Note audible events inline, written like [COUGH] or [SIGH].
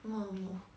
[NOISE]